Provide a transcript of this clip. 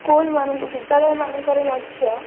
ସ୍କୁଲମାନଙ୍କ ବିଦ୍ୟାଳୟମାନଙ୍କରେ ମଧ୍ୟ